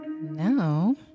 Now